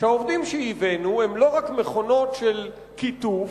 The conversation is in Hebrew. שהעובדים שייבאנו הם לא רק מכונות של קיטוף,